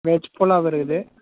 veg pulao இருக்குது